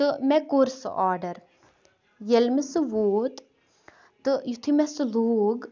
تہٕ مےٚ کوٚر سُہ آڈر ییلہ مےٚ سہُ ووت تہ یُتھُے مےٚ سُہ لوگ